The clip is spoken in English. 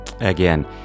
Again